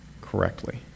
correctly